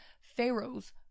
Pharaoh's